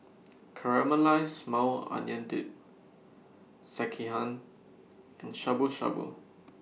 Caramelized Maui Onion Dip Sekihan and Shabu Shabu